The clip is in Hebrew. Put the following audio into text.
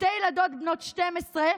שתי ילדות בנות 12,